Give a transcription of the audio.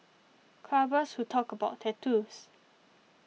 clubbers who talk about tattoos